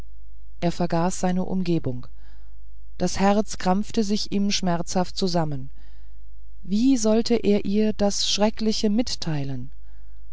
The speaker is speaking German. er vergaß seine umgebung das herz krampfte sich ihm schmerzhaft zusammen wie sollte er ihr das schreckliche mitteilen